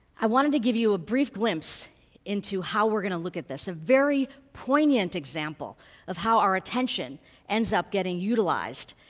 i wanted to give you a brief glimpse into how we're going to look at this, a very poignant example of how our attention ends up getting utilized,